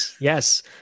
Yes